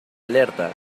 alerta